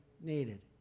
needed